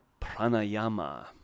pranayama